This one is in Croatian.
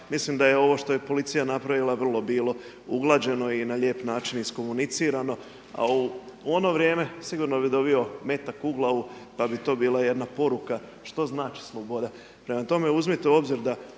mislim da je ovo što je policija napravila vrlo bilo uglađeno i na lijep način iskomunicirano. A u ono vrijeme sigurno bi dobio metak u glavu, pa bi to bila jedna poruka što znači sloboda. Prema tome, uzmite u obzir da